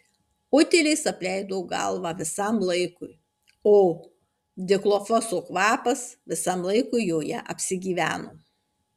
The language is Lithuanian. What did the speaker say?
utėlės apleido galvą visam laikui o dichlofoso kvapas visam laikui joje apsigyveno